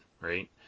right